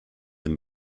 and